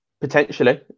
Potentially